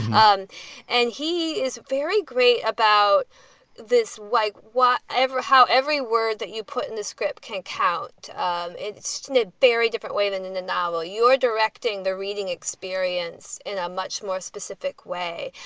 and and he is very great about this. like what ever how every word that you put in the script can count um it. sneyd very different way than in a novel. you are directing the reading experience in a much more specific way.